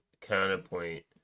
counterpoint